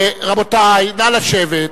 רבותי, נא לשבת.